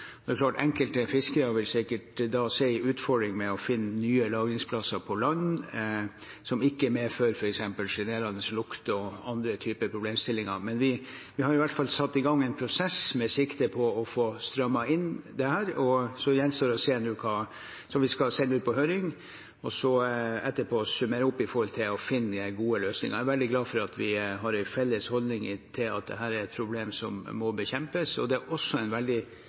Det er klart at enkelte fiskere da sikkert vil se en utfordring med å finne nye lagringsplasser på land som ikke medfører f.eks. sjenerende lukt og andre typer problemstillinger. Men vi har i hvert fall satt i gang en prosess med sikte på å få strammet inn dette. Så gjenstår det nå å se hva vi skal sende ut på høring, og etterpå summere opp for å finne gode løsninger. Jeg er veldig glad for at vi har en felles holdning til at dette er et problem som må bekjempes, og det er også en veldig